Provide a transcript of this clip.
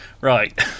Right